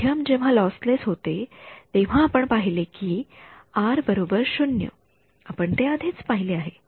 माध्यम जेव्हा लॉसलेस होते तेव्हा आपण पहिले कि आर 0 आपण ते आधीच पहिले आहे